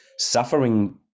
suffering